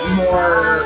more